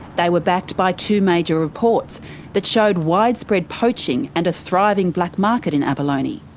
they were backed by two major reports that showed widespread poaching and a thriving black market in abalone.